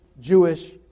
Jewish